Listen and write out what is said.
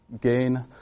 gain